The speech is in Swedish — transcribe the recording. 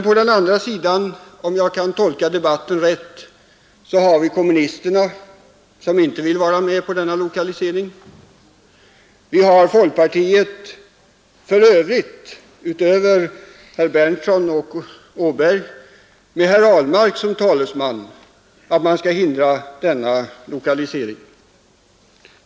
På den andra sidan, om jag kan tolka debatten rätt, har vi kommunisterna, som inte vill vara med om denna lokalisering, och vi har folkpartiet för övrigt — utom herrar Berndtsson och Aberg — med herr Ahlmark som talesman, som vill att man skall hindra denna industrilokalisering.